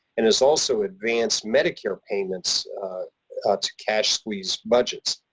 and has also advanced medicare payments to cash-squeezed budgets.